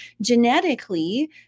genetically